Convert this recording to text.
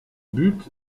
but